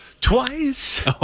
Twice